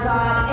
God